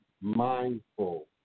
mindful